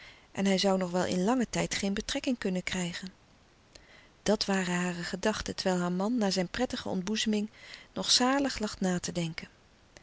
en hij zoû nog wel in langen tijd geen betrekking kunnen krijgen dat waren hare gedachten terwijl haar man na zijn prettige ontboezeming nog zalig lag na te denken